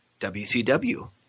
WCW